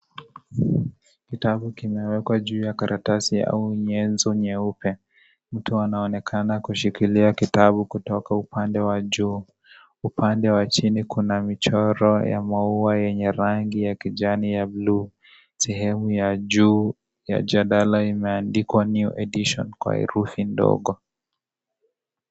Kitabu kimewekwa juu ya karatasi au nyenso nyeupe mtu anaonekana kushikilia kitabu, kutoka upande wa juu upande wa chini kuna michoro ya maua yenye rangi ya kijani ja bluu. Sehemu ya juu ya jalada imeandikwa (CS)new edition(CS )Kwa herufi ndogo.